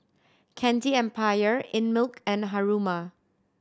Candy Empire Einmilk and Haruma